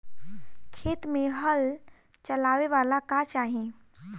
खेत मे हल चलावेला का चाही?